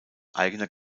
eigener